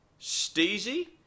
Steezy